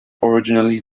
originally